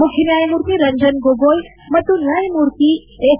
ಮುಖ್ಯ ನ್ಯಾಯಮೂರ್ತಿ ರಂಜನ್ ಗೊಗಾಯ್ ಮತ್ತು ನ್ಯಾಯಮೂರ್ತಿ ಎಸ್